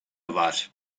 var